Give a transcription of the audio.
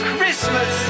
Christmas